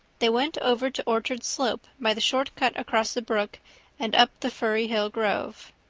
they went over to orchard slope by the short cut across the brook and up the firry hill grove.